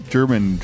German